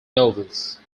novels